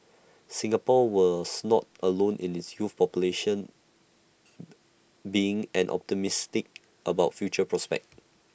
Singapore was not alone in its youth population being and optimistic about future prospect